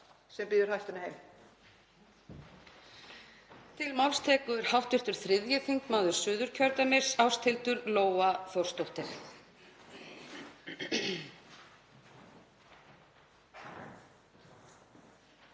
sem býður hættunni heim.